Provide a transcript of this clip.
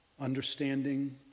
Understanding